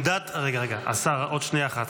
רגע, רגע, השר, עוד שנייה אחת.